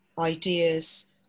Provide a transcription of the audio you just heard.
ideas